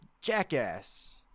jackass